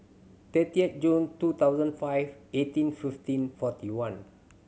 thirty June two thousand and five eighteen fifteen forty one